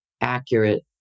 accurate